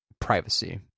privacy